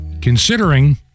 Considering